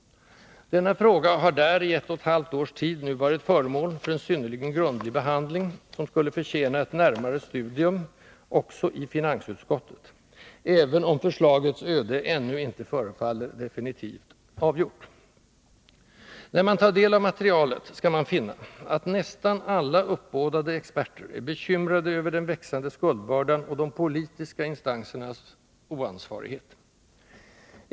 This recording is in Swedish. Denna fråga har där i ett och ett halvt års tid nu varit föremål för en synnerligen grundlig behandling, som skulle förtjäna ett närmare studium — också i finansutskottet — även om förslagets öde ännu inte förefaller definitivt avgjort. När man tar del av materialet skall man finna att nästan alla uppbådade experter är bekymrade över den växande skuldbördan och de politiska instansernas oansvarighet.